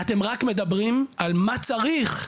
ואתם רק מדברים על מה צריך,